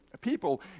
people